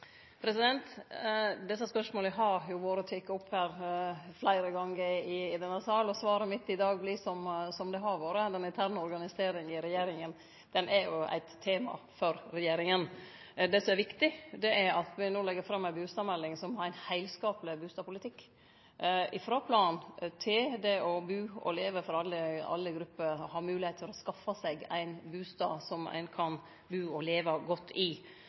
og svaret mitt i dag vert som det har vore: Den interne organiseringa i regjeringa er eit tema for regjeringa. Det som er viktig, er at me no legg fram ei bustadmelding som har ein heilskapleg bustadpolitikk – frå plan til det å bu og leve for alle grupper, ha moglegheit til å skaffe seg ein bustad som ein kan bu og leve godt i.